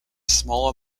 small